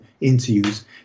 interviews